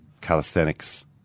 calisthenics